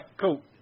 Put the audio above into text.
cool